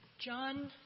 John